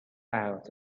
out